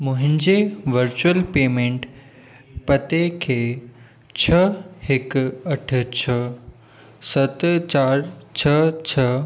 मुंहिंजे virtual payment पते खे छह हिकु अठ छह सत चारि छह छह